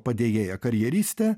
padėjėja karjeristė